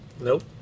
Nope